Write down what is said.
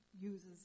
uses